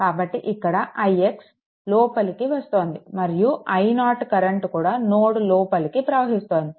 కాబట్టి ఇక్కడ ix లోపలికి వస్తోంది మరియు i0 కరెంట్ కూడా నోడ్ లోపలికి ప్రవహిస్తోంది